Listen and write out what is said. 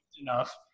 enough